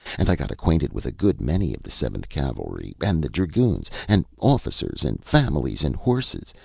and i got acquainted with a good many of the seventh cavalry, and the dragoons, and officers, and families, and horses,